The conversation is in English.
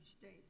state